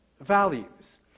values